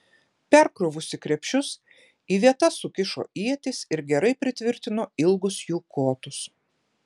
perkrovusi krepšius į vietas sukišo ietis ir gerai pritvirtino ilgus jų kotus